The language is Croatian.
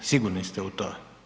Sigurni ste u to?